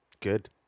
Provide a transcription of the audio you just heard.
good